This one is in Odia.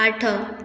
ଆଠ